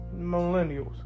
Millennials